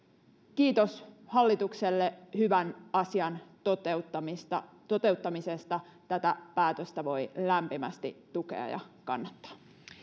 kiitos hallitukselle hyvän asian toteuttamisesta toteuttamisesta tätä päätöstä voi lämpimästi tukea ja kannattaa